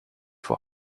voor